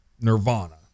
Nirvana